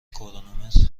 کرونومتر